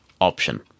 option